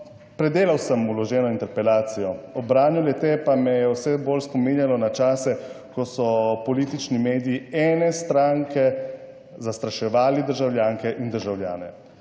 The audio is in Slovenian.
Predelal sem vloženo interpelacijo, ob branju le te pa me je vse bolj spominjalo na čase, ko so politični mediji ene stranke zastraševali državljanke in državljane.